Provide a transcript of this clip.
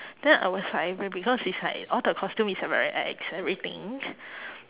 then I was like because it's like all the costume is uh very ex everything